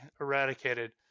eradicated